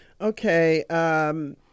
Okay